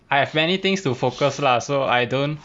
I have many things to focus lah so I don't